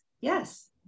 Yes